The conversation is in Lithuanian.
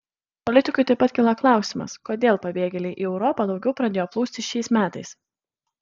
politikui taip pat kilo klausimas kodėl pabėgėliai į europą daugiau pradėjo plūsti šiais metais